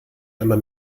einmal